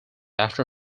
after